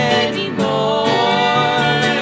anymore